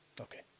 Okay